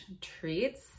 treats